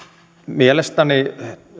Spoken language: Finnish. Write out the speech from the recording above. mielestäni